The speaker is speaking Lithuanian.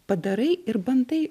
padarai ir bandai